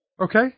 Okay